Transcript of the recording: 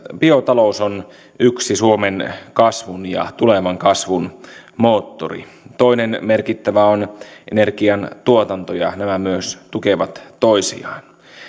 biotalous on yksi suomen kasvun ja tulevan kasvun moottori toinen merkittävä on energian tuotanto ja nämä myös tukevat toisiaan